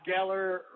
Geller